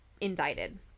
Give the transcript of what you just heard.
indicted